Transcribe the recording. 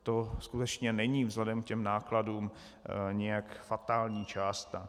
To skutečně není vzhledem k nákladům nijak fatální částka.